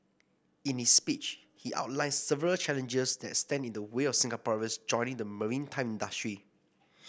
in his speech he outlined several challenges that stand in the way of Singaporeans joining the maritime industry